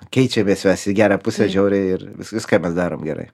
keičiamės mes į gerą pusę žiauriai ir vis viską mes darom gerai